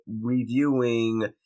reviewing